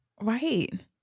Right